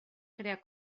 crear